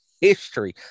history